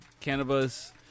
cannabis